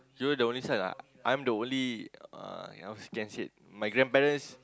you're the only son ah I'm the only uh how can say my grandparents